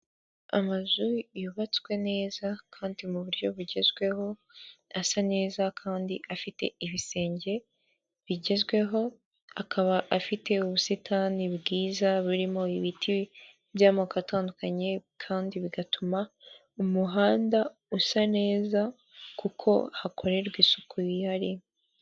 Amazu yubatswe neza kandi mu buryo bugezweho, asa neza kandi afite ibisenge bigezweho, akaba afite ubusitani bwiza buririmo ibiti by'amoko atandukanye kandi bigatuma umuhanda usa neza kuko hakorerwa isuku yihariye.